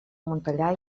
montellà